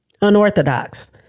unorthodox